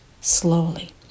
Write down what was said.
slowly